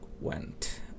went